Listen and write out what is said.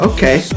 Okay